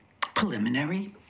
preliminary